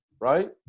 Right